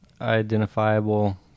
identifiable